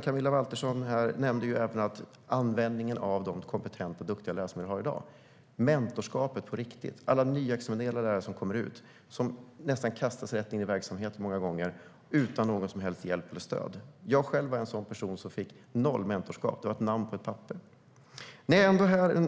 Camilla Waltersson Grönvall nämnde även användningen av de kompetenta och duktiga lärare vi har i dag - mentorskapet på riktigt. Det handlar om alla nyexaminerade lärare som kommer ut och många gånger kastas rätt in i verksamheten nästan utan någon som helst hjälp och stöd. Jag var själv en sådan person som fick noll mentorskap; det var ett namn på ett papper. När jag ändå